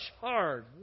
hard